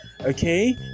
okay